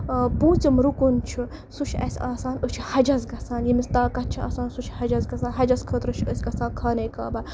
پونٛژِم رُکُن چھُ سُہ چھُ اَسہِ آسان أسۍ چھِ حَجَس گژھان یٔمِس طاقت چھُ آسان سُہ چھِ حَجَس گژھان حَجَس خٲطرٕ چھِ أسۍ گژھان خانہ کعبہ